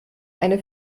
eine